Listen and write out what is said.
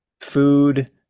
food